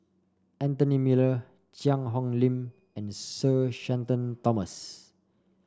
Anthony Miller Cheang Hong Lim and Sir Shenton Thomas